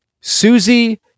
Susie